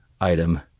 item